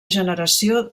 generació